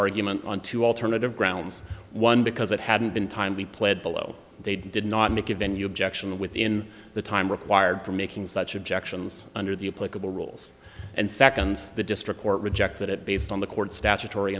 argument on two alternative grounds one because it hadn't been timely pled below they did not make a venue object and within the time required for making such objections under the political rules and second the district court rejected it based on the court statutory